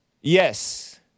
Yes